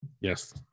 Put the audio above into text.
Yes